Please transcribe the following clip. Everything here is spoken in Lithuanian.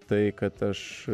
tai kad aš